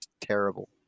terrible